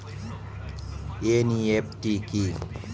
NEFT কি?